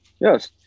Yes